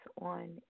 on